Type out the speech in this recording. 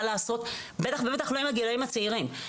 לעשות ובטח ובטח לא עם הגילאים הצעירים.